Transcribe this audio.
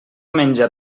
menja